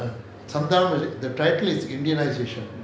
santhanam the title is indianization